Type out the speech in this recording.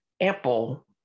ample